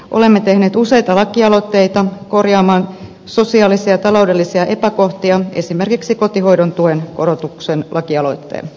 olemme tehneet useita lakialoitteita korjaamaan sosiaalisia ja taloudellisia epäkohtia esimerkiksi kotihoidon tuen korotuksen lakialoitteen